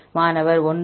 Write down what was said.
மாணவர் 1